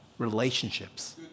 relationships